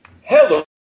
Hello